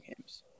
games